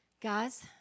Guys